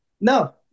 No